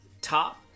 top